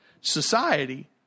society